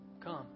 come